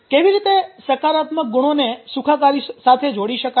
કેવી રીતે સકારાત્મક ગુણોને સુખાકારી સાથે જોડી શકાય